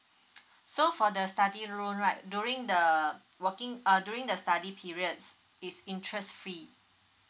so for the study loan right during the working uh during the study periods is interest free